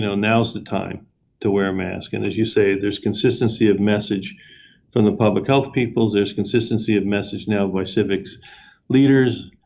now now is the time to wear a mask. and, as you say, there is consistency of message from the public health people. there is consistency of message now by civics leaders.